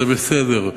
זה בסדר.